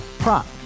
Prop